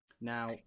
Now